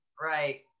Right